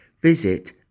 visit